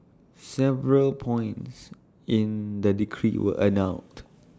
several points in the decree were annulled